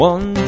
One